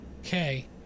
Okay